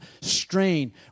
strain